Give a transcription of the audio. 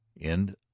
End